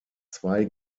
zwei